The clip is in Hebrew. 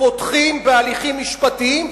פותחים בהליכים משפטיים,